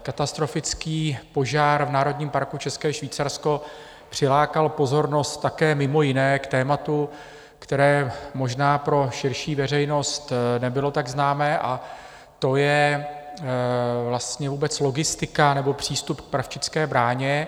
Katastrofický požár v Národním parku České Švýcarsko přilákal pozornost také mimo jiné k tématu, které možná pro širší veřejnost nebylo tak známé, a to je vlastně vůbec logistika nebo přístup k Pravčické bráně.